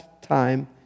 time